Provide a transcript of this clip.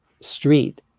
street